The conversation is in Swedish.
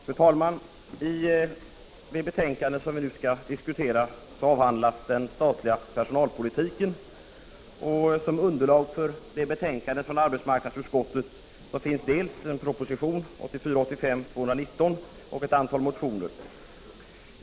Fru talman! I det betänkande som vi nu skall diskutera avhandlas den 10 december 1985 statliga personalpolitiken, och som underlag för det betänkandet från AG arbetsmarknadsutskottet finns dels en proposition, 1984/85:219, dels ett antal motioner.